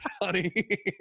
honey